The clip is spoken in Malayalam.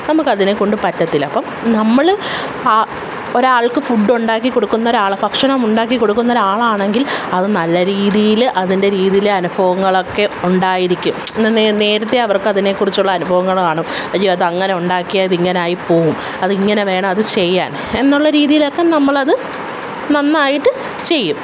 നമുക്ക് അതിനെ കൊണ്ട് പറ്റത്തില്ല അപ്പം നമ്മൾ ആ ഒരാൾക്ക് ഫുഡൊണ്ടാക്കി കൊടുക്കുന്നൊരാൾ ഭക്ഷണം ഉണ്ടാക്കി കൊടുക്കുന്നൊരാളാണെങ്കിൽ അത് നല്ല രീതിയിൽ അതിൻ്റെ രീതിയിൽ അനുഭവങ്ങളൊക്കെ ഉണ്ടായിരിക്കും ഇന്ന് നേരത്തെ അവർക്കതിനെ കുറിച്ചുള്ള അനുഭവങ്ങൾ കാണും അയ്യോ അതെങ്ങനെ ഉണ്ടാക്കിയാൽ ഇതിങ്ങനായി പോവും അത് ഇങ്ങനെ വേണം അത് ചെയ്യാൻ എന്നുള്ള രീതിയിലൊക്കെ നമ്മളത് നന്നായിട്ട് ചെയ്യും